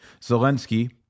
Zelensky